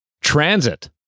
transit